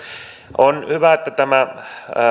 on hyvä että tämä